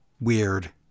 weird